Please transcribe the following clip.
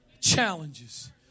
challenges